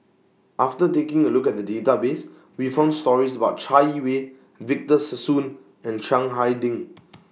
after taking A Look At The Database We found stories about Chai Yee Wei Victor Sassoon and Chiang Hai Ding